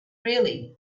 really